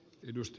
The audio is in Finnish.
edusti